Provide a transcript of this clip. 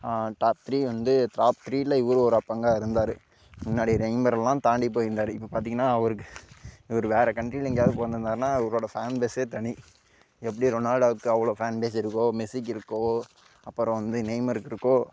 top three வந்து top த்ரீயில இவர் ஒரு அப்பங்காக இருந்தார் முன்னாடியில இவரைலாம் தாண்டி போயிருந்தார் இப்போ பார்த்தீங்கன்னா அவருக்கு இவர் வேறு கண்ட்ரியில எங்கேயாவது பிறந்துருந்தாருனா இவரோட ஃபேன் பேஸே தனி எப்படி ரொனால்டோக்கு அவ்வளோ ஃபேன்பேஸ் இருக்கோ மெஸ்ஸிக்கு இருக்கோ அப்புறம் வந்து நெய்மருக்கு இருக்கோ